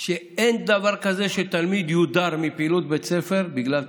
שאין דבר כזה שתלמיד יודר מפעילות בית ספר בגלל תשלום.